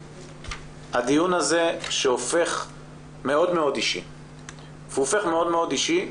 הדיון הזה הופך להיות מאוד מאוד אישי.